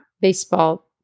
baseball